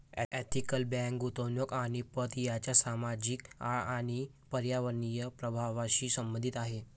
ethical bank गुंतवणूक आणि पत यांच्या सामाजिक आणि पर्यावरणीय प्रभावांशी संबंधित आहे